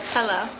Hello